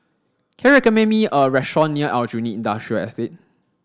can you recommend me a restaurant near Aljunied Industrial Estate